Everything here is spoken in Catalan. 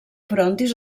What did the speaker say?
frontis